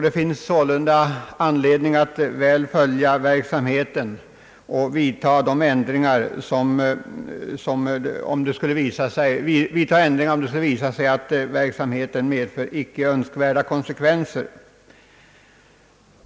Det finns sålunda anledning att noga följa verksamheten och vidta ändringar om det skulle visa sig att verksamheten medför icke önskvärda konsekvenser.